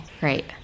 Great